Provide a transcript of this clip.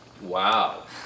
Wow